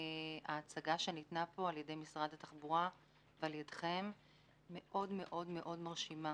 ההצגה שניתנה פה על ידי משרד התחבורה ועל ידכם מאוד מאוד מרשימה.